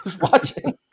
watching